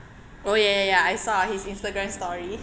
oh ya ya ya I saw his instagram story